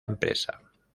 empresa